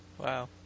Wow